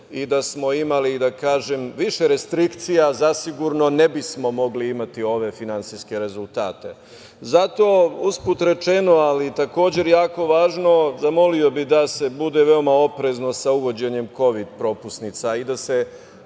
i da smo imali, da kažem, više restrikcija zasigurno ne bismo mogli imati ove finansijske rezultate. Zato, usput rečeno, ali takođe jako važno, zamolio bih da se bude veoma oprezno sa uvođenjem kovid propusnica i da se